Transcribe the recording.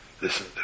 Listen